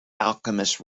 alchemist